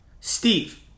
Steve